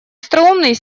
остроумный